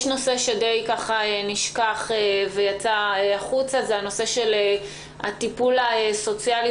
יש נושא שדי נשכח ויצא החוצה הטיפול הסוציאלי